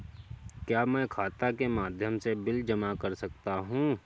क्या मैं खाता के माध्यम से बिल जमा कर सकता हूँ?